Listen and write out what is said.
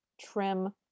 trim